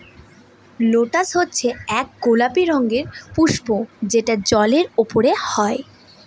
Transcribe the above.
lotus হচ্ছে এক গোলাপি রঙের পুস্প যেটা জলের ওপরে হয়